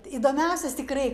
įdomiausias tikrai